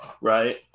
right